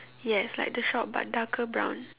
yes like the shop but darker brown